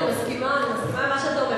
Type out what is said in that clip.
נכון, אני מסכימה, אני מסכימה עם מה שאתה אומר.